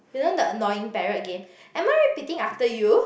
you know the annoying parrot again am I repeating after you